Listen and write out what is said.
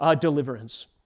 deliverance